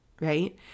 Right